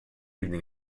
evening